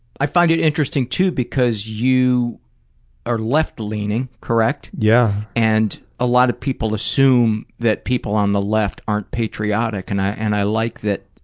i find it interesting, too, because you are left-leaning, correct? yeah. and a lot of people assume that people on the left aren't patriotic. and i and i like that